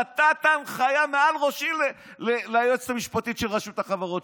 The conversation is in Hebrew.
נתת הנחיה מעל ראשי ליועצת המשפטית של רשות החברות,